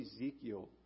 Ezekiel